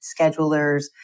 schedulers